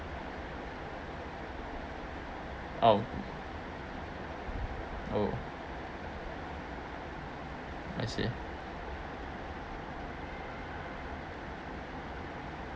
oh oh I see